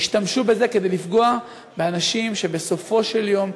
ישתמשו בזה כדי לפגוע באנשים שבסופו של יום,